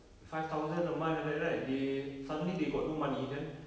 five thousand a month like that right they suddenly they got no money then